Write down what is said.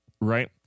right